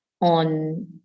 on